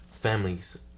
families